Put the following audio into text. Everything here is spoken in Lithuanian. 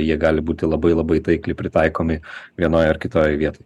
jie gali būti labai labai taikliai pritaikomi vienoj ar kitoj vietoj